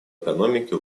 экономике